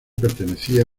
pertenecía